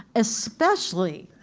especially,